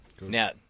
Now